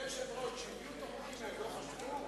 אדוני היושב-ראש, כשהביאו את החוקים האלה לא חשבו?